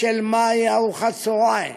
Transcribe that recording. של מהי ארוחת צהריים